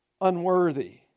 unworthy